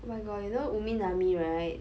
oh my god you know Umi Nami right